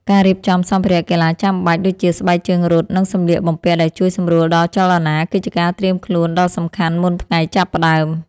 ការរៀបចំសម្ភារៈកីឡាចាំបាច់ ដូចជាស្បែកជើងរត់ និងសម្លៀកបំពាក់ដែលជួយសម្រួលដល់ចលនា គឺជាការត្រៀមខ្លួនដ៏សំខាន់មុនថ្ងៃចាប់ផ្ដើម។